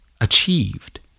achieved